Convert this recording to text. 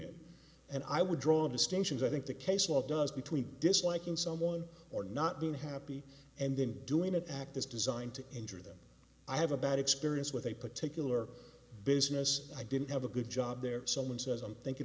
it and i would draw distinctions i think the case law does between disliking someone or not being happy and then doing an act is designed to injure them i have a bad experience with a particular business i didn't have a good job there someone says i'm thinking